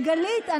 גלית,